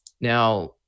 Now